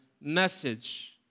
message